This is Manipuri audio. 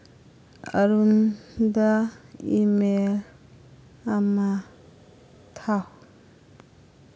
ꯑꯔꯨꯟꯗ ꯏ ꯃꯦꯜ ꯑꯃ ꯊꯥꯎ